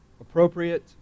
appropriate